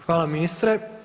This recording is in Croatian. Hvala ministre.